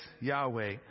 Yahweh